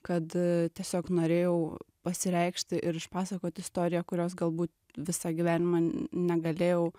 kad tiesiog norėjau pasireikšti ir išpasakot istoriją kurios galbūt visą gyvenimą negalėjau